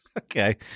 Okay